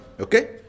Okay